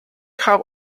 have